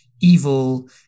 evil